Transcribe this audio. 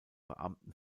beamten